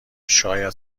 شاید